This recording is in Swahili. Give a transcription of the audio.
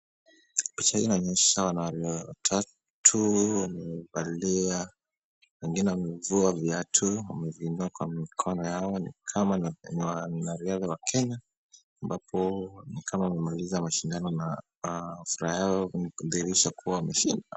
Picha hii inaonyesha wanaume watatu, wengine wamevua viatu, wamezibeba kwa mikono yao, ni kama ni wanariadha wa Kenya, ambapo ni kama wamemaliza mashindano na furaha yao inadhihirisha kuwa wameshinda.